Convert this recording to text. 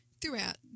throughout